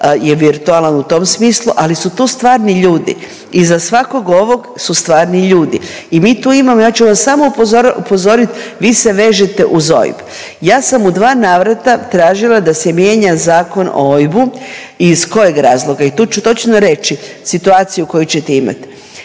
je virtualan u tom smislu, ali su tu stvarni ljudi, iza svakog ovog su stvarni ljudi i mi tu imamo ja ću vas samo upozoriti vi se vežete uz OIB. Ja sam u dva navrata tražila da se mijenja Zakon o OIB-u iz kojeg razloga i tu ću točno reći situaciju koju ćete imati.